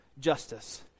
justice